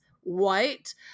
white